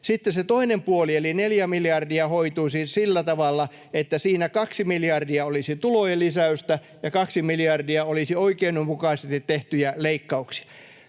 Sitten se toinen puoli eli 4 miljardia hoituisi sillä tavalla, että siinä 2 miljardia olisi tulojen lisäystä ja 2 miljardia olisi oikeudenmukaisesti tehtyjä leikkauksia.